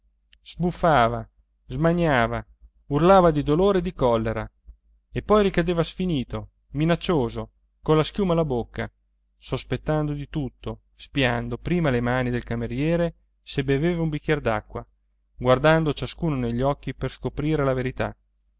prigioniero sbuffava smaniava urlava di dolore e di collera e poi ricadeva sfinito minaccioso colla schiuma alla bocca sospettando di tutto spiando prima le mani del cameriere se beveva un bicchiere d'acqua guardando ciascuno negli occhi per scoprire la verità